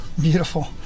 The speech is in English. Beautiful